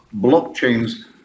Blockchain's